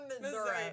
Missouri